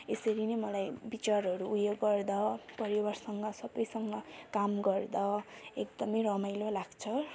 यसरी नै मलाई विचारहरू उयो गर्दा परिवारसँग सबैसँग काम गर्दा एकदमै रमाइलो लाग्छ र म उनीहरूसँग यसरी